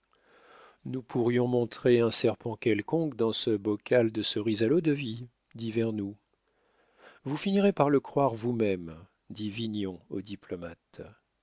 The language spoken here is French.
nous pourrions montrer un serpent quelconque dans ce bocal de cerises à l'eau-de-vie dit vernou vous finiriez par le croire vous-même dit vignon au diplomate